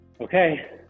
okay